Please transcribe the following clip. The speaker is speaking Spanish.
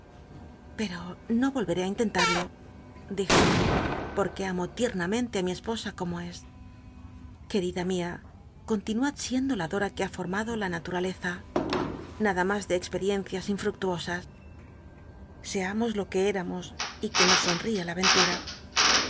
pero no volveré á intentarlo dije porque i mi esposa como es querida mia continuad siendo la dora que ha formado la naturaleza nada mas de experiencias inf ucluosas smmos lo que éramos y que nos sonría la